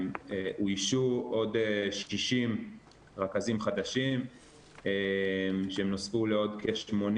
אוישו עוד 60 רכזים חדשים שהם נוספו לעוד כ-80